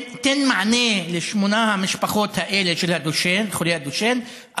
תן מענה לשמונה המשפחות האלה של חולי הדושן,